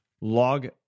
log